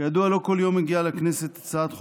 כידוע, לא כל יום מגיעה לכנסת הצעת חוק-יסוד,